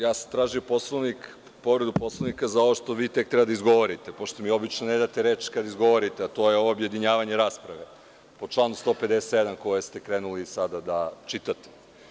Ja sam tražio povredu Poslovnika za ovo što vi tek treba da izgovorite, pošto mi obično ne date reč kada izgovorite, a to je objedinjavanje rasprave po članu 157. koji ste hteli sada da pročitate.